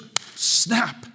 Snap